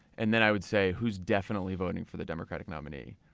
and then i would say who's definitely voting for the democratic nominee?